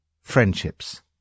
friendships